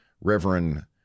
Reverend